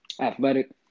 athletic